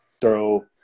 throw